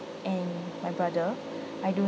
and my brother I don't